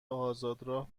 آزادراه